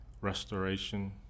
restoration